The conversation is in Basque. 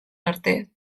arte